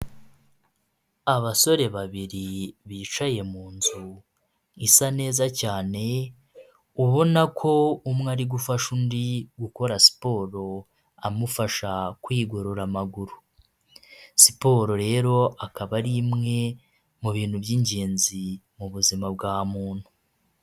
Abasore babiri bicaye m'inzu isa neza cyane ubona ko umwe ari gufasha undi gukora siporo amufasha kwigorora amaguru siporo rero akaba ari imwe mu bintu by'ingenzi mu buzima bwa muntu.